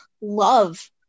love